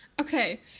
okay